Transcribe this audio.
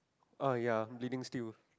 oh ya Bleeding Steel